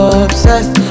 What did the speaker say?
obsessed